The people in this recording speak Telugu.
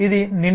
నిండినది